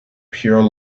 pure